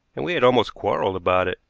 and we had almost quarreled about it,